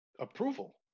approval